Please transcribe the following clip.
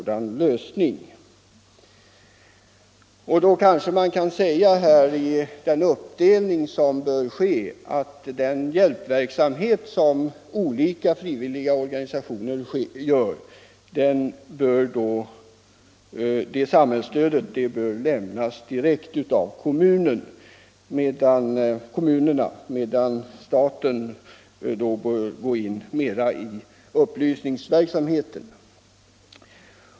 Det bör kanske då ske en uppdelning så att samhällets stöd till den hjälpverksamhet som olika frivilliga organisationer bedriver lämnas direkt av kommunerna, medan statens stöd kommer in mera när det gäller upplysningsverksamheten.